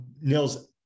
Nils